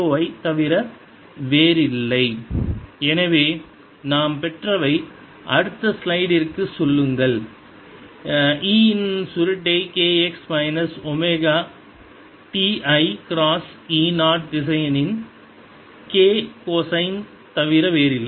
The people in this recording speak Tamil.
Ei×0j0 ∂xEz0sin kx ωt k∂xEy0sin kx ωt 0kcoskx ωt jEz0kEy0kcoskx ωt iEy0jEz0kkcoskx ωt iE0 எனவே நாம் பெற்றவை அடுத்த ஸ்லைடிற்குச் செல்லுங்கள் E இன் சுருட்டை k x minus omega t i cross E 0 திசையனின் k கொசைன் தவிர வேறில்லை